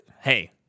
hey